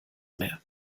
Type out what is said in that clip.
mehr